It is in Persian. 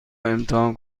امتحان